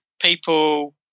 people